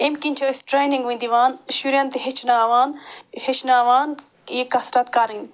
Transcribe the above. اَمہِ کِنۍ چھِ أسۍ ٹرٛینِنٛگ وۄنۍ دِوان شُرٮ۪ن تہِ ہیٚچھناوان ہیٚچھناوان یہِ کثرت کرٕنۍ